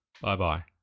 Bye-bye